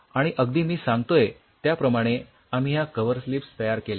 आणि अगदी मी सांगतोय त्याप्रमाणे आम्ही या कव्हरस्लिप्स तयार केल्या